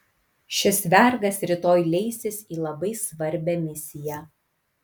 šis vergas rytoj leisis į labai svarbią misiją